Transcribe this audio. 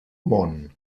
món